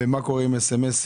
ומה קורה עם אס.אמ.אסים?